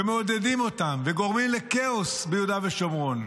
ומעודדים אותם וגורמים לכאוס ביהודה ושומרון.